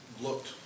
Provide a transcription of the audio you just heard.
looked